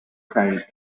carried